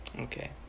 Okay